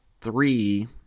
three